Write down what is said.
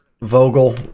Vogel